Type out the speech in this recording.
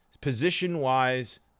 position-wise